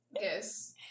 Yes